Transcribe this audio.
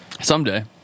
Someday